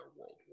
world